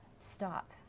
stop